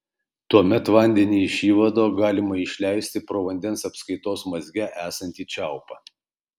tuomet vandenį iš įvado galima išleisti pro vandens apskaitos mazge esantį čiaupą